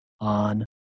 on